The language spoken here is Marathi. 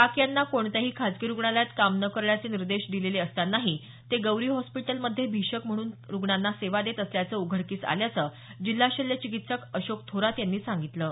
टाक यांना कोणत्याही खासगी रुग्णालयात काम न करण्याचे निर्देश दिलेले असतानाही ते गौरी हॉस्पीटलमध्ये भीषक म्हणून रूग्णांना सेवा देत असल्याचं उघडकीस आल्याचं जिल्हा शल्य चिकित्सक अशोक थोरात यांनी सांगितलं